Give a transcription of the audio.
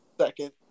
second